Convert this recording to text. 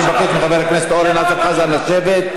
אני מבקש מחבר הכנסת אורן אסף חזן לשבת,